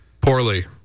Poorly